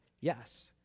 yes